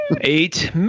eight